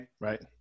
Right